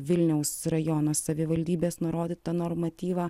vilniaus rajono savivaldybės nurodytą normatyvą